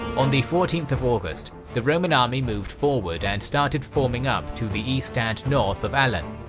on the fourteenth of august, the roman army moved forward and started forming up to the east and north of allan.